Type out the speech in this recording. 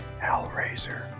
Hellraiser